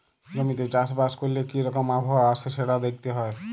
জমিতে চাষ বাস ক্যরলে কি রকম আবহাওয়া আসে সেটা দ্যাখতে হ্যয়